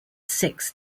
six